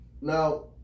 now